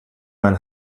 man